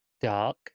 Dark